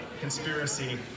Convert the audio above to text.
conspiracy